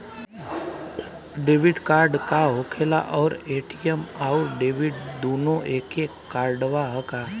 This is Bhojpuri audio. डेबिट कार्ड का होखेला और ए.टी.एम आउर डेबिट दुनों एके कार्डवा ह का?